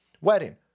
wedding